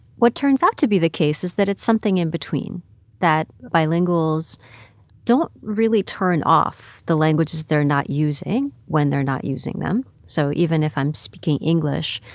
what turns out to be the case is that it's something in between that bilinguals don't really turn off the languages they're not using when they're not using them so even if i'm speaking english,